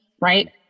right